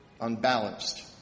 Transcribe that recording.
unbalanced